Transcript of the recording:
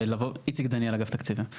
אני איציק דניאל, אגף תקציבים.